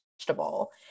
vegetable